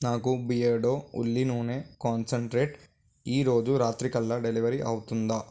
నాకు బియర్డో ఉల్లి నూనె కాన్సంట్రేట్ ఈరోజు రాత్రికల్లా డెలివరీ అవుతుందా